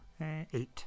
Eight